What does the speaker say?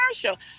commercial